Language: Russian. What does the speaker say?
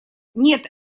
нет